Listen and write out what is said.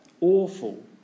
awful